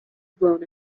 blown